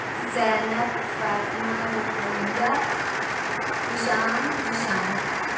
Zainab Fatima Ruqaiya Hisham Zeeshan